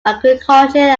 agriculture